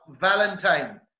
Valentine